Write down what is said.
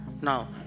Now